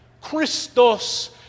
Christos